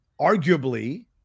arguably